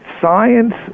Science